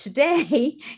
Today